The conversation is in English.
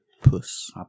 Puss